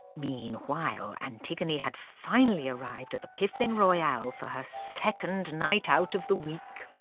meanwhile, antigone had finally arrived at the piffling royale for her second night out of the week.